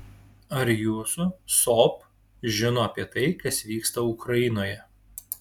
ar jūsų sop žino apie tai kas vyksta ukrainoje